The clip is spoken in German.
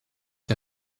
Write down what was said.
der